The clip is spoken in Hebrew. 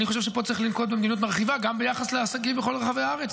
אני חושב שפה צריך לנקוט במדיניות מרחיבה גם ביחס לעסקים בכל רחבי הארץ.